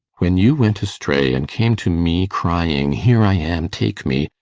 when you went astray, and came to me crying, here i am take me!